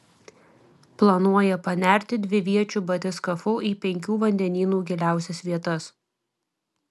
planuoja panerti dviviečiu batiskafu į penkių vandenynų giliausias vietas